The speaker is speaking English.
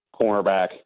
cornerback